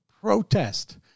Protest